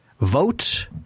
Vote